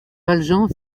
valjean